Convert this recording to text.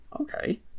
Okay